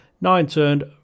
nine-turned